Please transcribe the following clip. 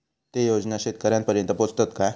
ते योजना शेतकऱ्यानपर्यंत पोचतत काय?